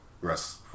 rest